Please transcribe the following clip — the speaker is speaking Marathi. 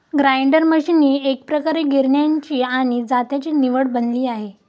ग्राइंडर मशीन ही एकप्रकारे गिरण्यांची आणि जात्याची निवड बनली आहे